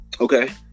Okay